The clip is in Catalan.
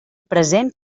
present